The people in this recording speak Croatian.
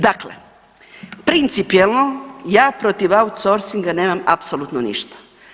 Dakle, principijelno ja proti outsourcinga nemam apsolutno ništa.